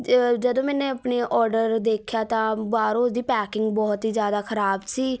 ਜਦੋਂ ਮੈਨੇ ਆਪਣੇ ਓਡਰ ਦੇਖਿਆ ਤਾਂ ਬਾਹਰੋਂ ਉਹ ਦੀ ਪੈਕਿੰਗ ਬਹੁਤ ਹੀ ਜ਼ਿਆਦਾ ਖ਼ਰਾਬ ਸੀ